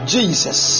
Jesus